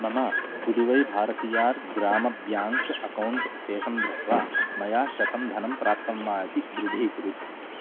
मम Puduvai Bharathiar Grama bank account शेषं दृष्ट्वा मया शतं धनं प्राप्तं वा इति दृढीकुरु